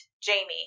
Jamie